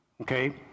Okay